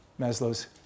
Maslow's